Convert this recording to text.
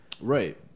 right